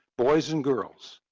boys and girls.